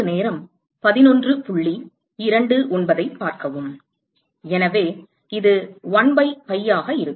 எனவே இது 1 pi pi ஆக இருக்கும்